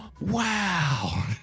Wow